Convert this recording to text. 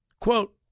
Quote